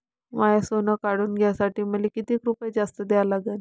माय सोनं काढून घ्यासाठी मले कितीक रुपये जास्त द्या लागन?